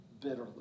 bitterly